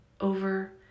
over